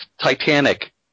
Titanic